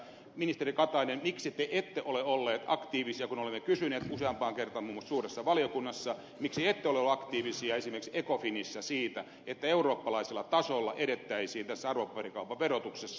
ministeri katainen miksi te ette ole olleet aktiivisia kun olemme kysyneet useaan kertaan muun muassa suuressa valiokunnassa miksi ette ole olleet aktiivisia esimerkiksi ecofinissä siinä että eurooppalaisella tasolla edettäisiin tässä arvopaperikaupan verotuksessa